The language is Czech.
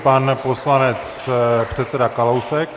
Pan poslanec předseda Kalousek.